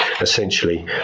essentially